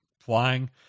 flying